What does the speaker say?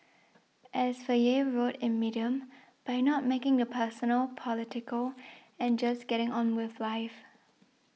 as Faye wrote in Medium by not making the personal political and just getting on with life